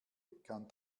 kann